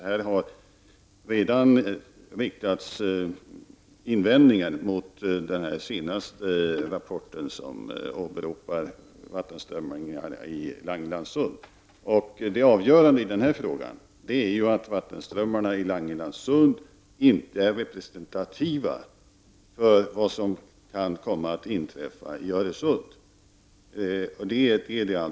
Det har redan riktats invändningar mot den senaste rapporten i vilken det åberopas vattenströmningar i Langelandssund. Det avgörande i denna fråga är att vattenströmningarna i Langelandssund inte är representativa för vad som kan komma att inträffa i Öresund.